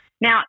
Now